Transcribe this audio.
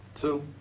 two